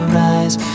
rise